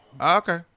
okay